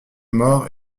mort